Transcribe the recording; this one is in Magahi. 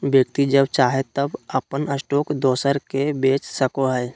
व्यक्ति जब चाहे तब अपन स्टॉक दोसर के बेच सको हइ